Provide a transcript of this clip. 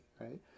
right